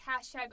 hashtag